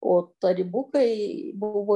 o tarybukai buvo